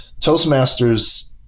Toastmasters